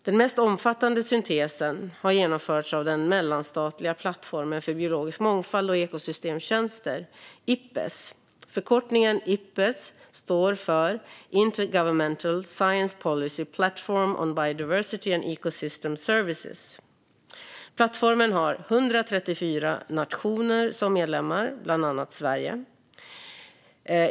Den mest omfattande syntesen har genomförts av den mellanstatliga plattformen för biologisk mångfald och ekosystemtjänster, Ipbes. Förkortningen Ipbes står för Intergovernmental Science-Policy Platform on Biodiversity and Ecosystem Services. Plattformen har 134 nationer som medlemmar, däribland Sverige.